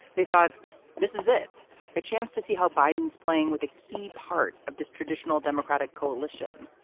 they thought this is it a chance to see how biden is playing with a key part of this traditional democratic coalition?